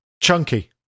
chunky